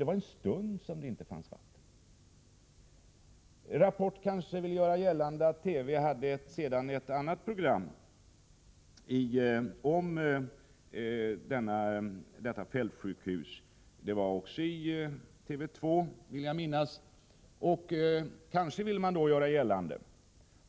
Det var bara en stund som det inte fanns vatten. TV, jag vill minnas att det var TV 2, hade även ett annat program om fältsjukhuset. Kanske vill man därför göra gällande